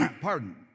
Pardon